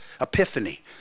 epiphany